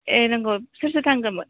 ए नंगौ सोर सोर थांगौमोन